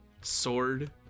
sword